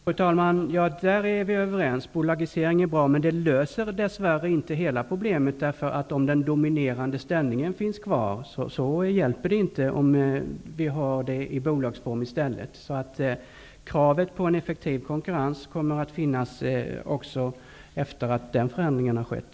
Fru talman! Där är vi överens. Bolagisering är bra, men det löser dess värre inte hela problemet. Om den dominerande ställningen finns kvar hjälper det inte om vi har det i bolagsform i stället. Kravet på en effektiv konkurrens kommer att finnas även efter att den förändringen har skett.